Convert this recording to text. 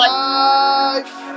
life